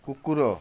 କୁକୁର